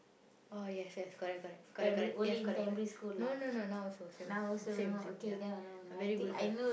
oh yes yes correct correct correct correct yes correct correct no no no no now also same same ya a very good girl